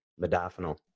Modafinil